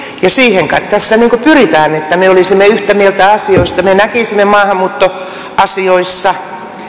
ja siihen kai tässä pyritään että me olisimme yhtä mieltä asioista me näkisimme maahanmuuttoasioissa